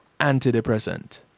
antidepressant